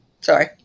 Sorry